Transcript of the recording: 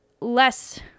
less